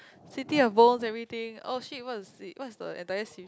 city of bones everything oh shit what is it what is the entire series